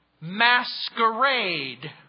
masquerade